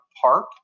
park